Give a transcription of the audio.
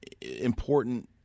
important